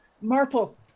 Marple